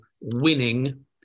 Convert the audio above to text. winning